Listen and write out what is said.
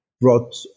brought